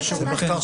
זה מחקר